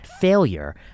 failure